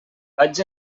vaig